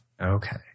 Okay